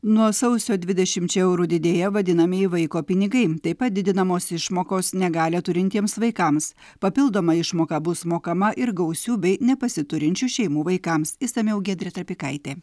nuo sausio dvidešimčia eurų didėja vadinamieji vaiko pinigai taip pat didinamos išmokos negalią turintiems vaikams papildoma išmoka bus mokama ir gausių bei nepasiturinčių šeimų vaikams išsamiau giedrė trapikaitė